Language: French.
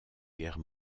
guerre